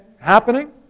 happening